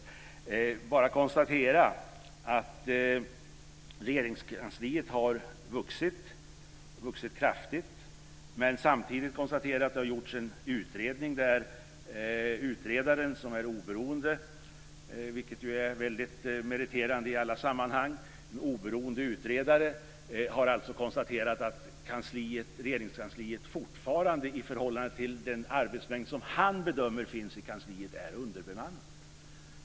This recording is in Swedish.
Jag kan bara konstatera att Regeringskansliet har vuxit och vuxit kraftigt, men samtidigt kan jag konstatera att det har gjorts en utredning där en oberoende - vilket ju är väldigt meriterande i alla sammanhang - utredare har konstaterat att Regeringskansliet fortfarande i förhållande till den arbetsmängd som han bedömer finns i kansliet är underbemannat.